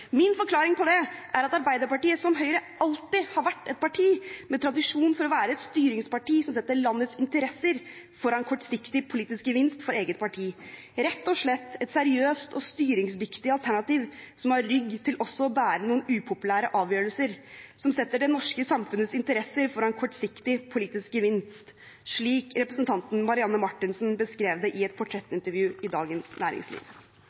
Min forklaring på det er at Arbeiderpartiet, som Høyre, alltid har vært et parti med tradisjon for å være et styringsparti som setter landets interesser foran kortsiktig politisk gevinst for eget parti – rett og slett «et seriøst, styringsdyktig alternativ som har rygg til også å bære noen upopulære avgjørelser. Som setter det norske samfunnets interesser foran kortsiktig politisk gevinst», slik representanten Marianne Marthinsen beskrev det i et portrettintervju i Dagens Næringsliv.